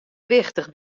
wichtich